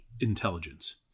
intelligence